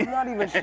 not even sure